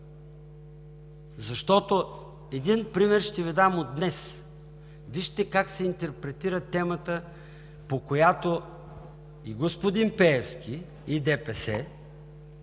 дъвка. Един пример ще Ви дам: вижте как се интерпретира темата, по която и господин Пеевски, и ДПС